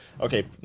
Okay